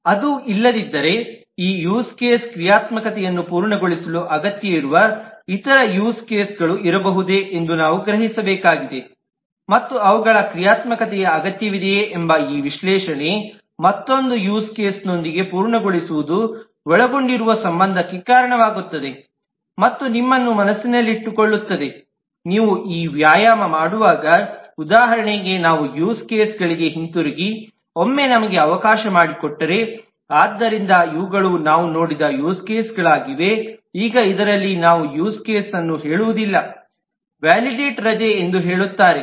ಅದು ಇಲ್ಲದಿದ್ದರೆ ಈ ಯೂಸ್ ಕೇಸ್ ಕ್ರಿಯಾತ್ಮಕತೆಯನ್ನು ಪೂರ್ಣಗೊಳಿಸಲು ಅಗತ್ಯವಿರುವ ಇತರ ಯೂಸ್ ಕೇಸ್ಗಳು ಇರಬಹುದೇ ಎಂದು ನಾವು ಗ್ರಹಿಸಬೇಕಾಗಿದೆ ಮತ್ತು ಅವುಗಳ ಕ್ರಿಯಾತ್ಮಕತೆಯ ಅಗತ್ಯವಿದೆಯೇ ಎಂಬ ಈ ವಿಶ್ಲೇಷಣೆ ಮತ್ತೊಂದು ಯೂಸ್ ಕೇಸ್ನೊಂದಿಗೆ ಪೂರ್ಣಗೊಳಿಸುವುದು ಒಳಗೊಂಡಿರುವ ಸಂಬಂಧಕ್ಕೆ ಕಾರಣವಾಗುತ್ತದೆ ಮತ್ತು ನಿಮ್ಮನ್ನು ಮನಸ್ಸಿನಲ್ಲಿಟ್ಟುಕೊಳ್ಳುತ್ತದೆ ನೀವು ಈ ವ್ಯಾಯಾಮ ಮಾಡುವಾಗ ಉದಾಹರಣೆಗೆ ನಾವು ಯೂಸ್ ಕೇಸ್ಗಳಿಗೆ ಹಿಂತಿರುಗಿ ಒಮ್ಮೆ ನಮಗೆ ಅವಕಾಶ ಮಾಡಿಕೊಟ್ಟರೆ ನೀವು ಈ ವ್ಯಾಯಾಮ ಮಾಡುವಾಗ ಉದಾಹರಣೆಗೆ ನಾವು ಯೂಸ್ ಕೇಸ್ಗಳಿಗೆ ಹಿಂತಿರುಗಿ ಒಮ್ಮೆ ನಮಗೆ ಅವಕಾಶ ಮಾಡಿಕೊಟ್ಟರೆ ಆದ್ದರಿಂದ ಇವುಗಳು ನಾವು ನೋಡಿದ ಯೂಸ್ ಕೇಸ್ಗಳಾಗಿವೆ ಈಗ ಇದರಲ್ಲಿ ನಾವು ಯೂಸ್ ಕೇಸ್ವನ್ನು ಹೇಳುವುದಿಲ್ಲ ವ್ಯಾಲಿಡೇಟ್ ರಜೆ ಎಂದು ಹೇಳುತ್ತಾರೆ